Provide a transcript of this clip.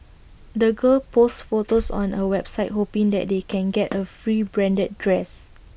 the girls posts photos on A website hoping that they can get A free branded dress